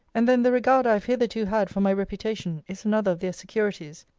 and then the regard i have hitherto had for my reputation is another of their securities.